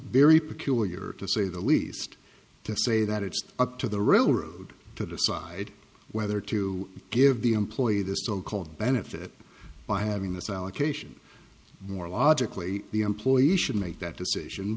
very peculiar to say the least to say that it's up to the railroad to decide whether to give the employee this so called benefit by having this allocation more logically the employee should make that decision